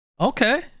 Okay